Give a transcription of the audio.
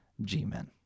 G-Men